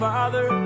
Father